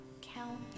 count